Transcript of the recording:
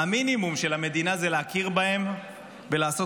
המינימום של המדינה הוא להכיר בהם ולעשות